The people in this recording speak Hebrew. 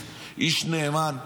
איש נאמן,